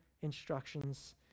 instructions